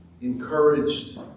encouraged